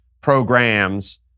programs